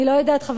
אני לא יודעת,